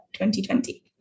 2020